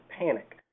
panic